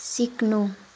सिक्नु